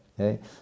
okay